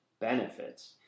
benefits